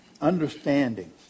understanding